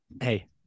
hey